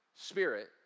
spirit